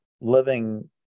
living